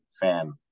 fan